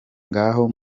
ngaho